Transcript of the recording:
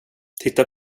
titta